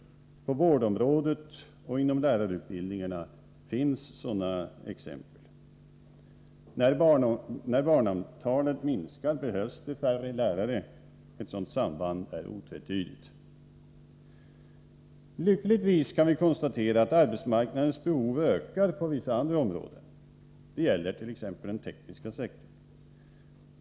Vårdområdet och lärarutbildningarna är exempel på sådana områden. När barnantalet minskar behövs det färre lärare — ett sådant samband är otvetydigt. Lyckligtvis kan vi konstatera att arbetsmarknadens behov ökar på vissa andra områden. Det gäller t.ex. den tekniska sektorn.